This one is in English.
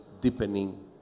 deepening